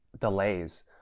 delays